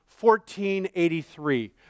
1483